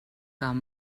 que